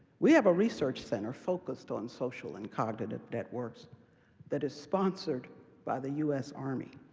we have a research center focused on social and cognitive networks that is sponsored by the us army.